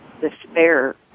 despair